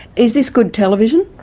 is this good television?